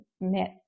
met